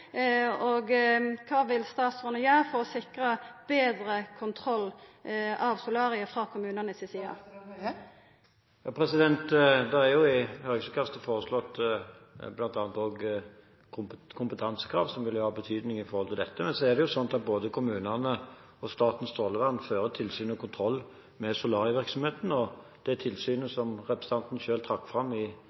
Kva vil statsråden gjera for å sikra betre kontroll av solaria frå kommunane si side? Det er i høringsutkastet foreslått bl.a. kompetansekrav som vil ha betydning her. Så er det slik at både kommunene og Statens strålevern fører tilsyn og kontroll med solarievirksomheten, og det tilsynet, som representanten selv trakk fram i